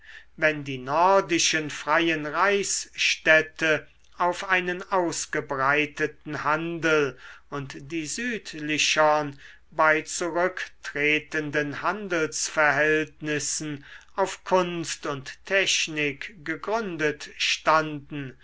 wenn die nordischen freien reichsstädte auf einen ausgebreiteten handel und die südlichern bei zurücktretenden handelsverhältnissen auf kunst und technik gegründet standen